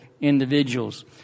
individuals